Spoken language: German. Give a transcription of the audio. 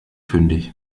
fündig